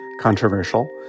controversial